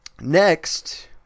Next